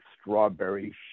strawberry